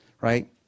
Right